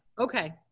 Okay